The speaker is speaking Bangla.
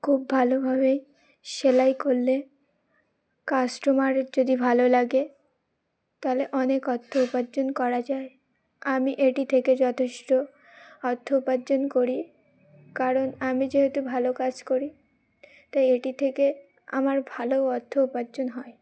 খুব ভালোভাবেই সেলাই করলে কাস্টমারের যদি ভালো লাগে তাহলে অনেক অর্থ উপার্জন করা যায় আমি এটি থেকে যথেষ্ট অর্থ উপার্জন করি কারণ আমি যেহেতু ভালো কাজ করি তাই এটি থেকে আমার ভালো অর্থ উপার্জন হয়